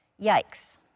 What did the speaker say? Yikes